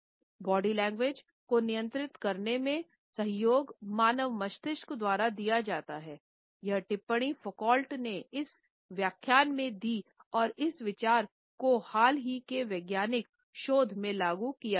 body language को नियंत्रित करने में सहयोग मानव मस्तिष्क द्वारा दिया जाता हैं यह टिप्पणी फौकॉल्ट ने इस व्याख्यान में दी और इस विचार को हाल ही के वैज्ञानिक शोध में लागू किया गया है